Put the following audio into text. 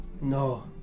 No